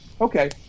okay